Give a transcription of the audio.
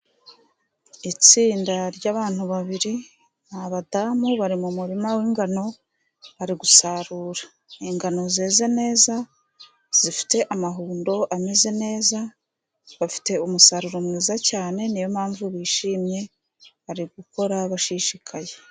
Itsinda ry'abantu babiri, ni abadamu bari mu murima w'ingano, bari gusarura. Ingano zeze neza, zifite amahundo ameze neza, bafite umusaruro mwiza cyane, ni yo mpamvu bishimye, bari gukora bashishikaye.